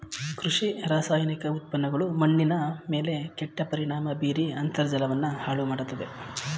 ಕೃಷಿ ರಾಸಾಯನಿಕ ಉತ್ಪನ್ನಗಳು ಮಣ್ಣಿನ ಮೇಲೆ ಕೆಟ್ಟ ಪರಿಣಾಮ ಬೀರಿ ಅಂತರ್ಜಲವನ್ನು ಹಾಳು ಮಾಡತ್ತದೆ